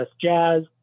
Jazz